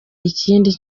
ikindi